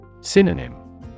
Synonym